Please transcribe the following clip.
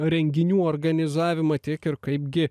renginių organizavimą tiek ir kaipgi